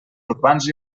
urbans